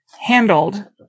handled